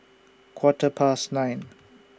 Quarter Past nine